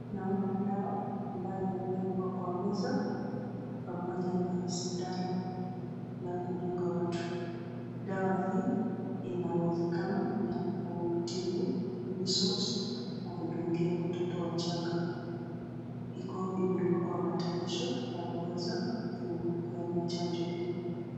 Naona dawa ambayo yameekwa kwa meza pamoja na sindano ile ya kudunga watu. Dawa hii ina uwezekano ni ya kutibu measles na kudungia watoto wachanga. Iko imeekwa kwa matayarisho ya kuweza kupeana chanjo hii.